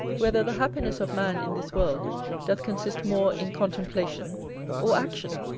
whether the happiness of man in this world doth consist more in contemplation or action?